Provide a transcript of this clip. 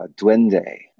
Duende